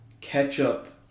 ketchup